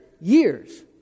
years